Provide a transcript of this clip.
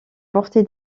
porté